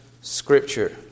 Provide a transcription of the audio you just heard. scripture